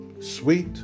Sweet